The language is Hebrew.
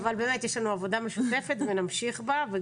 אבל באמת יש לנו עבודה משותפת ונמשיך בה.